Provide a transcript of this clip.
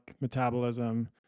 metabolism